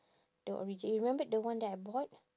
the origi~ you remembered the one that I bought